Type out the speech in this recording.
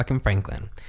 Franklin